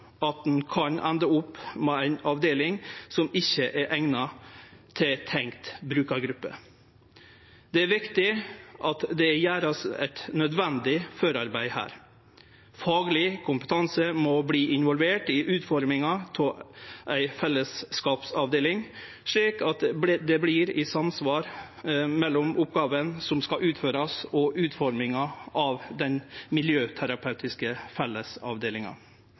at ein kan ende med ei avdeling som ikkje er eigna til den tenkte brukargruppa. Det er viktig at det vert gjort eit nødvendig forarbeid her. Fagleg kompetanse må bli involvert i utforminga av ei fellesskapsavdeling, slik at det vert i samsvar med oppgåva som skal utførast, og utforminga av den